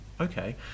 okay